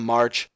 March